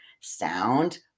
sound